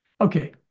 Okay